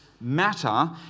matter